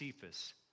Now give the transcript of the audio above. Cephas